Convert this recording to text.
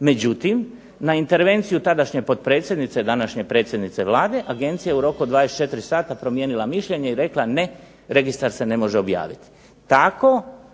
Međutim, na intervenciju tadašnje potpredsjednice, današnje predsjednice vlade Agencija je u roku od 24 sata promijenila mišljenje i rekla ne, Registar se ne može objaviti. Tako